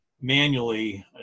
manually